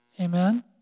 Amen